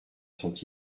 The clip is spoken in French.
sont